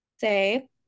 say